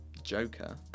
joker